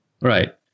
Right